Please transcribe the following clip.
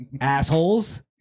Assholes